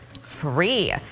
free